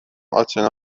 اتنا